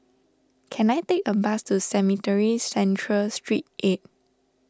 can I take a bus to Cemetry Central Street eighth